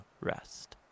rest